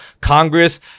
Congress